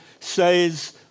Says